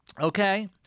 Okay